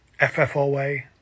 FFOA